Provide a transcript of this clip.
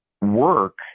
work